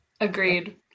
Agreed